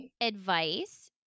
Advice